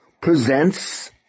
presents